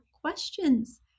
questions